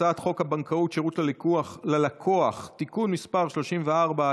הצעת חוק הבנקאות (שירות ללקוח) (תיקון מס' 34),